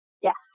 Yes